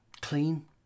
clean